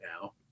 now